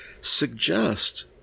suggest